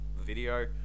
video